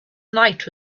night